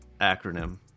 acronym